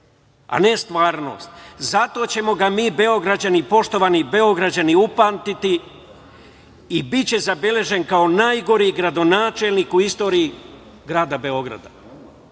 a ne stvarnost. Zato ćemo ga mi, poštovani Beograđani, upamtiti i biće zabeležen kao najgori gradonačelnik u istoriji grada Beograda. Evo,